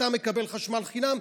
אתה מקבל חשמל חינם?